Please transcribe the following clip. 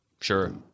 sure